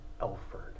Elford